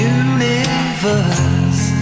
universe